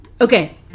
Okay